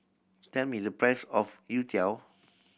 tell me the price of youtiao